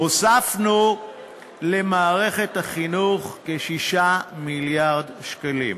הוספנו למערכת החינוך כ-6 מיליארד שקלים.